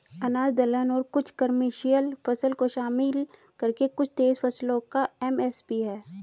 अनाज दलहन और कुछ कमर्शियल फसल को शामिल करके कुल तेईस फसलों का एम.एस.पी है